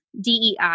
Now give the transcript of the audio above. DEI